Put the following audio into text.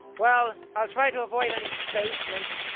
well i'll try to avoid any basements.